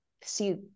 see